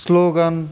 slogan